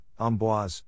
Amboise